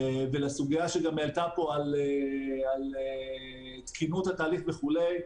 לגבי הסוגיה של תקינות התהליך וכו',